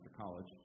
college